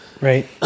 right